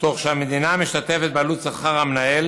תוך שהמדינה משתתפת בעלות שכר המנהל